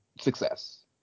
Success